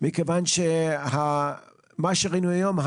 מכיוון שמה שראינו היום,